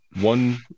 one